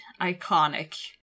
iconic